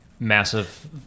massive